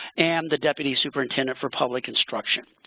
and deputy superintendent for public instruction.